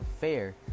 fair